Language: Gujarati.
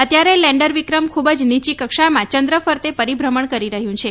અત્યાર લેન્ડર વિક્રમ ખૂબ જ નીચી કક્ષામાં ચંદ્ર ફરતે પરિભ્રમણ કરી રહ્યું છે